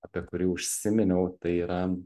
apie kurį užsiminiautai yra